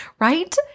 Right